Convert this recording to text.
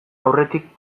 aurretik